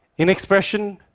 in expression,